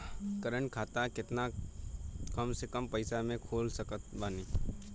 Current खाता केतना कम से कम पईसा से खोल सकत बानी?